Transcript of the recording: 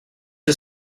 est